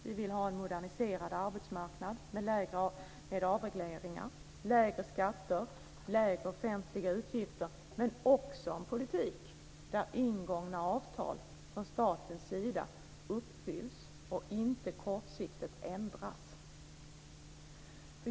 Vi vill ha en moderniserad arbetsmarknad med avregleringar, lägre skatter och lägre offentliga utgifter men också en politik där ingångna avtal från statens sida uppfylls och inte kortsiktigt ändras.